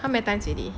how many times already